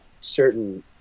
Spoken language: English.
certain